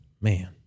man